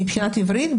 מבחינת עברית?